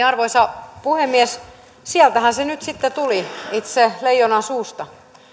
arvoisa puhemies sieltähän se nyt sitten tuli itse leijonan suusta